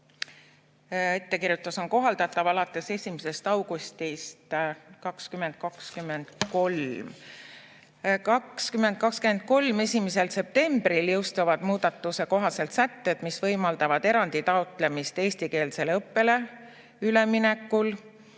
Ettekirjutus on kohaldatav alates 1. augustist 2023. 2023. aasta 1. septembril jõustuvad muudatuse kohaselt sätted, mis võimaldavad erandi taotlemist eestikeelsele õppele üleminekul.